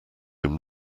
whom